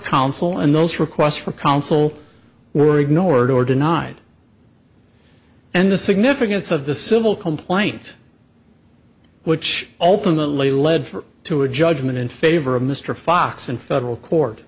counsel and those requests for counsel were ignored or denied and the significance of the civil complaint which ultimately led to a judgment in favor of mr fox in federal court